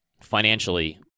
financially